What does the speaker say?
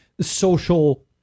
social